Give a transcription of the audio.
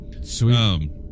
Sweet